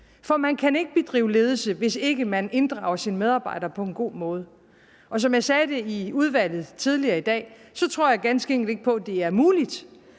for man kan ikke bedrive ledelse, hvis ikke man inddrager sine medarbejdere på en god måde. Og som jeg sagde det i udvalget tidligere i dag, tror jeg ganske enkelt ikke, det er muligt